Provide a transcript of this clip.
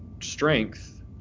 strength